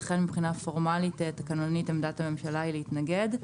לכן מבחינה פורמלית תקנונית עמדת הממשלה היא להתנגד.